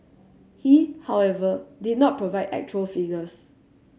he however did not provide actual figures